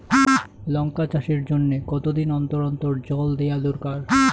লঙ্কা চাষের জন্যে কতদিন অন্তর অন্তর জল দেওয়া দরকার?